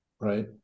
right